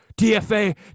dfa